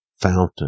fountain